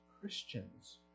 Christians